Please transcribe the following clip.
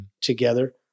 together